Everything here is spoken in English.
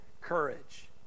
courage